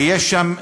ויש שם,